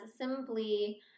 simply